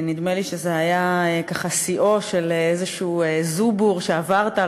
נדמה לי שזה היה ככה שיאו של איזשהו זובור שעברת,